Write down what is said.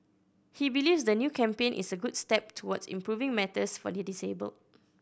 he believes the new campaign is a good step towards improving matters for the disabled